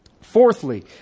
Fourthly